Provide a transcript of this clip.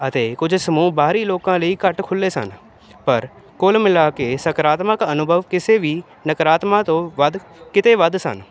ਅਤੇ ਕੁਝ ਸਮੂਹ ਬਾਹਰੀ ਲੋਕਾਂ ਲਈ ਘੱਟ ਖੁੱਲ੍ਹੇ ਸਨ ਪਰ ਕੁੱਲ ਮਿਲਾ ਕੇ ਸਕਾਰਾਤਮਕ ਅਨੁਭਵ ਕਿਸੇ ਵੀ ਨਕਾਰਾਤਮਕ ਤੋਂ ਵੱਧ ਕਿਤੇ ਵੱਧ ਸਨ